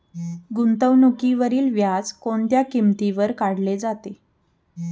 गुंतवणुकीवरील व्याज कोणत्या किमतीवर काढले जाते?